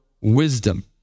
wisdom